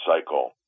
Cycle